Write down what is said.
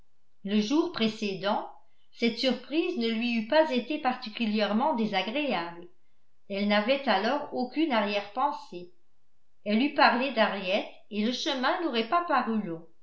le jour précédent cette surprise ne lui eût pas été particulièrement désagréable elle n'avait alors aucune arrière-pensée elle eût parlé d'harriet et le chemin n'aurait pas paru long